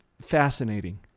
fascinating